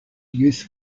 youth